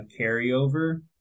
carryover